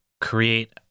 create